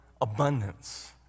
abundance